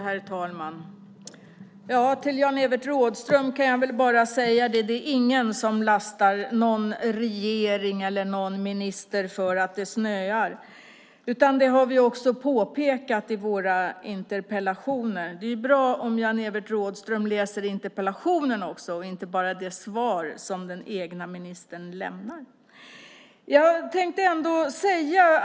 Herr talman! Till Jan-Evert Rådhström kan jag bara säga: Det är ingen som lastar någon regering eller någon minister för att det snöar, vilket vi påpekat i våra interpellationer. Det är bra om Jan-Evert Rådhström läser också interpellationerna, inte bara det svar som den egna ministern lämnat.